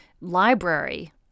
library